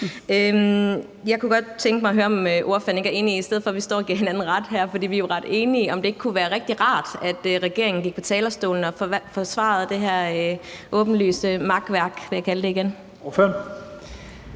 Jeg kunne godt tænke mig at høre, om ordføreren ikke er enig i, at i stedet for at vi står og giver hinanden ret her – for vi er jo ret enige – kunne det være rigtig rart, at regeringen gik på talerstolen og forsvarede det her åbenlyse makværk. Kl. 12:27 Første næstformand